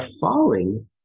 falling